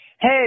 Hey